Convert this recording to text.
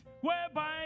whereby